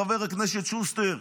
חבר הכנסת שוסטר.